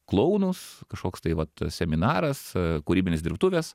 klounus kažkoks tai vat seminaras kūrybinės dirbtuvės